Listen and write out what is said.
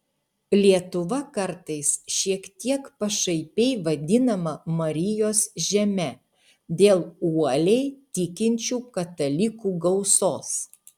lietuva kartais šiek tiek pašaipiai vadinama marijos žeme dėl uoliai tikinčių katalikų gausos